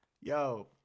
Yo